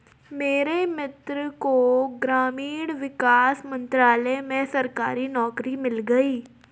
मेरे मित्र को ग्रामीण विकास मंत्रालय में सरकारी नौकरी मिल गई